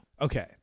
Okay